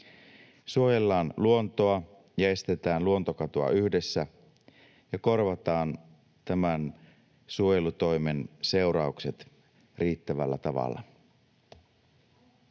Suojellaan luontoa ja estetään luontokatoa yhdessä, ja korvataan tämän suojelutoimen seuraukset riittävällä tavalla.